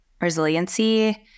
resiliency